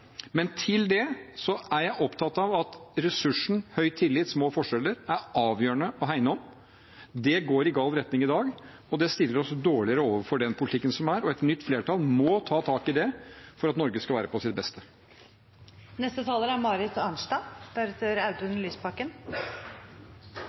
men jeg er opptatt av at ressursene, høy tillit og små forskjeller er avgjørende å hegne om. Det går i gal retning i dag, og det stiller oss dårligere med den politikken som føres. Et nytt flertall må ta tak i det for at Norge skal være på sitt